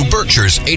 Berkshire's